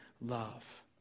love